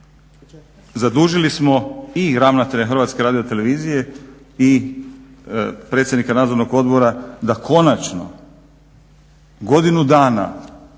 zadužili smo i ravnatelja HRT-a i predsjednika nadzornog odbora da konačno godinu dana